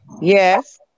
Yes